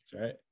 right